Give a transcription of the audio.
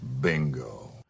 Bingo